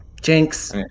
Jinx